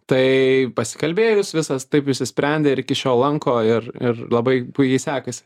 tai pasikalbėjus viskas taip išsisprendė ir iki šiol lanko ir ir labai puikiai sekasi